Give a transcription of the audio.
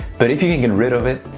but if you can get rid of it,